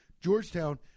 Georgetown